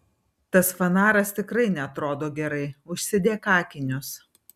tas fanaras tikrai neatrodo gerai užsidėk akinius